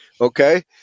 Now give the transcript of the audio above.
okay